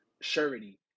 surety